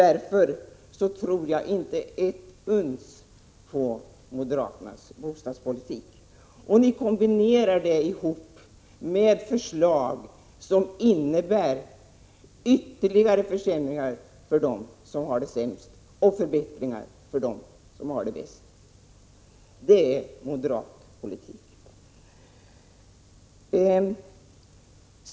Därför tror jag inte ett dugg på moderaternas bostadspolitik. Ni kombinerar era förslag på ett sätt som innebär ytterligare försämringar för dem som har det sämst och förbättringar för dem som har det bäst. Det är moderat politik.